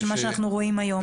שזה מה שאנחנו רואים היום.